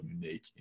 unique